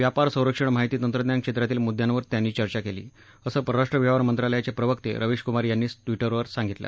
व्यापार संरक्षण माहिती तंत्रज्ञान क्षेत्रातील मुद्यांवर त्यांनी चर्चा केली असं परराष्ट्र व्यवहार मंत्रालयाचे प्रवक्ते रवीश कुमार यांनी ट्विटरवर सांगितलं